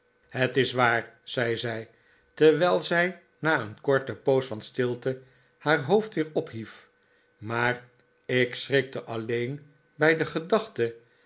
het is waar zei zij terwijl zij na een korte poos van stilte haar hoofd weer op hief maar ik schrikte alleen bij de gedachte